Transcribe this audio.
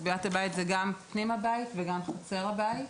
"סביבת הבית" זה גם פנים הבית וגם חצר הבית.